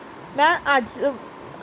म्या आजवरी कितीक कर्ज भरलं हाय कळन का?